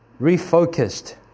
refocused